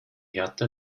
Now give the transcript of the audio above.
härte